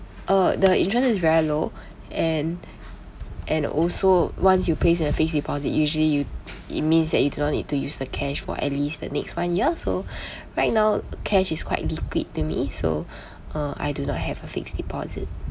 uh the interest is very low and and also once you place in the fixed deposit usually you it means that you do not need to use the cash for at least the next one year so right now cash is quite liquid to me so uh I do not have a fixed deposit